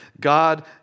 God